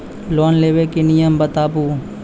Loan लेबे के नियम बताबू?